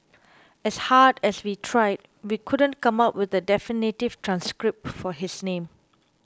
as hard as we tried we couldn't come up with a definitive transcript for his name